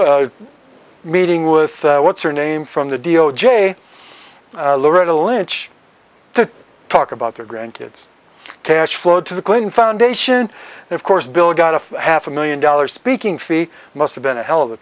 good meeting with what's her name from the d o j loretta lynch to talk about their grandkids cash flow to the clinton foundation and of course bill got a half a million dollars speaking fee must have been a hell of a